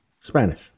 Spanish